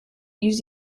use